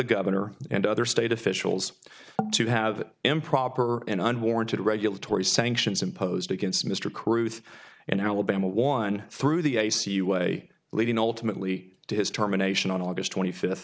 governor and other state officials to have improper and unwarranted regulatory sanctions imposed against mr cruz in alabama one through the i c u way leading ultimately to his terminations on august twenty fifth